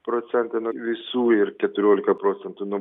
procentai nuo visų ir keturiolika procentų nuo